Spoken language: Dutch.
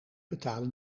betalen